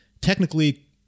technically